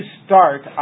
start